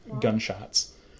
gunshots